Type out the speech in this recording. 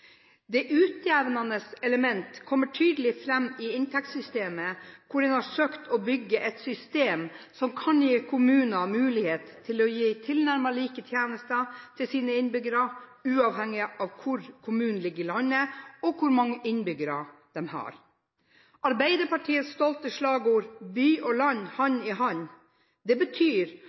Det utjevnende element kommer tydelig fram i inntektssystemet, hvor en har søkt å bygge et system som kan gi kommuner mulighet til å gi tilnærmet like tjenester til sine innbyggere uavhengig av hvor kommunene ligger i landet, og hvor mange innbyggere de har. Arbeiderpartiets stolte slagord, «By og land – hand i hand», betyr